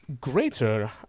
greater